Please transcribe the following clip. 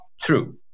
true